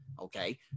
Okay